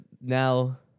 now